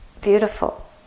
beautiful